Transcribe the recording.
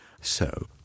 So